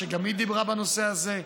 גם היא דיברה בנושא הזה.